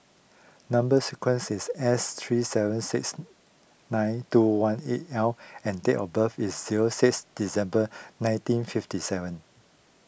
Number Sequence is S three seven six nine two one eight L and date of birth is zero six December nineteen fifty seven